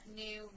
new